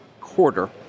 quarter